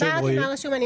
הסברתי מה רשום.